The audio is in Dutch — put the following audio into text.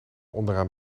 onderaan